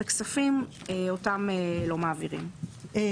התשנ"ו- הסכמים1996 - לנשיאת עוברים(1)